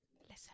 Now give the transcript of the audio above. listen